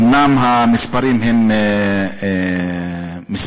אומנם המספרים הם מספרים